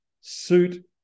suit